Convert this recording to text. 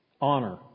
Honor